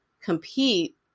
compete